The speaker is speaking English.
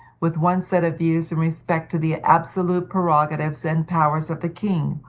with one set of views in respect to the absolute prerogatives and powers of the king,